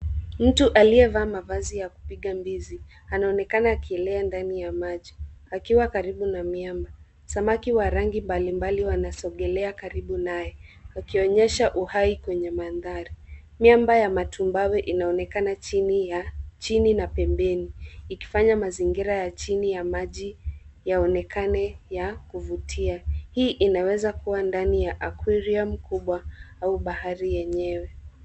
Mtu aliyevaa mavazi ya kupiga mbizi, anaonekana akielea ndani ya maji, akiwa karibu na miamba. Samaki wa rangi mbali mbali wanasogelea karibu naye, wakionyesha uhai kwenye mandhari. Miamba ya matumbawe inaonekana chini na pembeni, ikifanya mazingira ya chini ya maji yaonekane ya kuvutia. Hii inaweza kua ndani ya aquarium kubwa au bahari yenyewe.